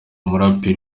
umuraperi